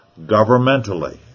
governmentally